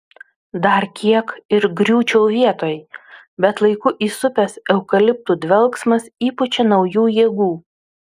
dar kiek ir griūčiau vietoj bet laiku įsupęs eukaliptų dvelksmas įpučia naujų jėgų